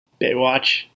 Baywatch